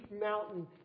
mountain